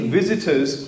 visitors